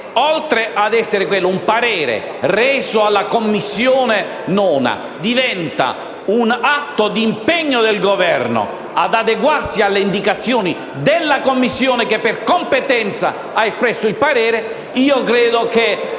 oltre a essere un parere reso alla 9a Commissione, diventa anche un atto di impegno del Governo ad adeguarsi alle indicazioni della Commissione, che per competenza ha espresso il parere, credo che